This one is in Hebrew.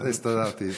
הסתדרתי,